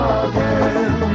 again